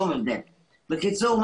בקיצור,